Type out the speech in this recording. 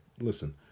Listen